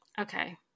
Okay